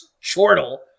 chortle